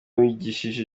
wigishije